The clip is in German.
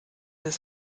ist